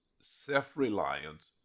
self-reliance